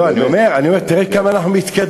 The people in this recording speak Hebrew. לא, אני אומר, אני אומר, תראה כמה אנחנו מתקדמים.